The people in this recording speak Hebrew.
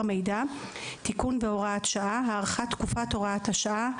מידע (תיקון והוראת שעה) (הארכת תקופת הוראת השעה),